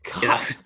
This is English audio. God